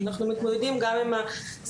אנחנו מתמודדים גם עם הסייעות,